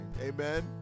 Amen